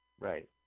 Right